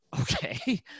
Okay